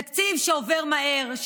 תקציב שעובר מהר,